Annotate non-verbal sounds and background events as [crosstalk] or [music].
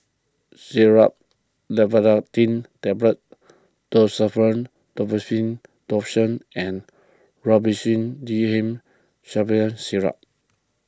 Xyzal [unintelligible] Tablets Desowen [unintelligible] Lotion and Robitussin D M [unintelligible] Syrup